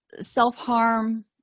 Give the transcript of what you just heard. self-harm